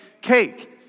cake